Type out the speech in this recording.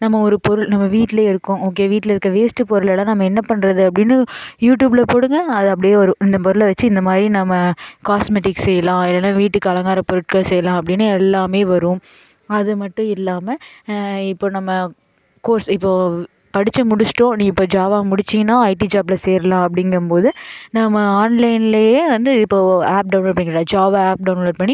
நம்ம ஒரு பொருள் நம்ம வீட்லேயே இருக்கும் ஓகே வீட்டில் இருக்க வேஸ்ட்டு பொருளை எல்லாம் நம்ம என்ன பண்ணுறது அப்படின்னு யூடியூப்பில் போடுங்கள் அது அப்படியே வரும் இந்த பொருளை வச்சு இந்த மாதிரி நம்ம காஸ்மெட்டிக்ஸ் செய்யலாம் இல்லைன்னா வீட்டுக்கு அலங்காரப் பொருட்கள் செய்யலாம் அப்படின்னு எல்லாமே வரும் அது மட்டும் இல்லாமல் இப்போ நம்ம கோர்ஸ் இப்போது படித்து முடிச்சுட்டோம் நீ இப்போ ஜாவா முடித்தீன்னா ஐடி ஜாப்பில் சேரலாம் அப்படிங்கும்போது நம்ம ஆன்லைன்லேயே வந்து இப்போது ஆப் டவுன்லோட் பண்ணிக்கலாம் ஜாவா ஆப் டவுன்லோடு பண்ணி